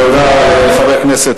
תודה לחבר הכנסת